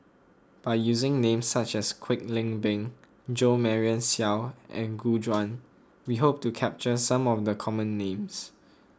by using names such as Kwek Leng Beng Jo Marion Seow and Gu Juan we hope to capture some of the common names